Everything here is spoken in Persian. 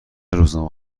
روزنامه